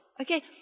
Okay